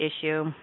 issue